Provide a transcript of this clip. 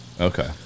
okay